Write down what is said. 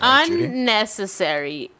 unnecessary